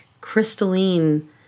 crystalline